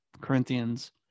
Corinthians